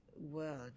world